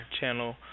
channel